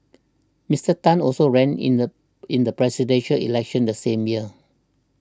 Mister Tan also ran in the in the Presidential Elections the same year